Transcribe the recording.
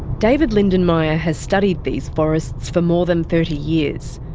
david lindenmayer has studied these forests for more than thirty years.